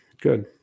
Good